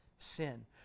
sin